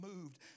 moved